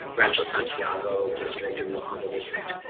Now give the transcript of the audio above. rancho santiago district and rio hondo district,